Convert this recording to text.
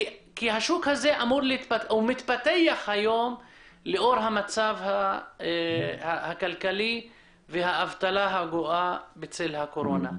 כי השוק הזה מתפתח היום לאור המצב הכלכלי והאבטלה הגואה בעקבות הקורונה.